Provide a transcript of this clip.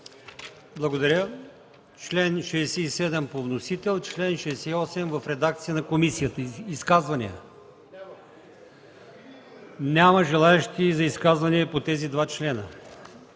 Благодаря. Член 67 по вносител, чл. 68 в редакцията на комисията – изказвания? Няма желаещи за изказвания по тези два члена.